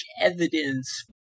evidence